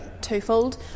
twofold